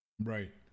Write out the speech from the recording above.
Right